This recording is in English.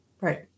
right